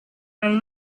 and